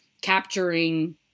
capturing